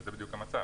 וזה המצב,